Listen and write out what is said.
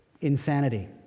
insanity